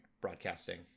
broadcasting